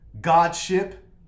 Godship